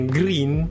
green